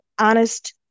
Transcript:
honest